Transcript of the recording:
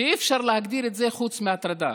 ואי-אפשר להגדיר את זה חוץ מהטרדה